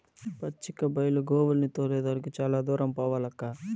పచ్చిక బైలు గోవుల్ని తోలే దానికి చాలా దూరం పోవాలక్కా